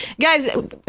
guys